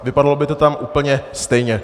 Vypadalo by to tam úplně stejně.